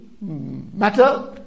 matter